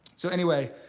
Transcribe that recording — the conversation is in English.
so anyway,